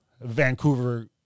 Vancouver